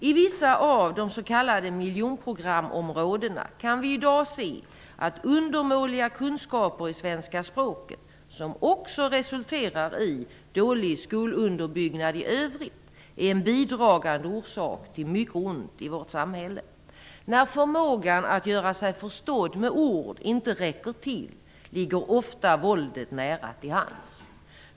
I vissa av de s.k. miljonprogramsområdena kan vi i dag se att undermåliga kunskaper i svenska språket, som också resulterar i dålig skolunderbyggnad i övrigt, är en bidragande orsak till mycket ont i vårt samhälle. När förmågan att göra sig förstådd med ord inte räcker till ligger våldet ofta nära till hands.